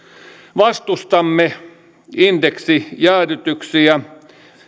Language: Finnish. vastustamme indeksijäädytyksiä